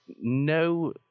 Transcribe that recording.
no